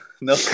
no